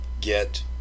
get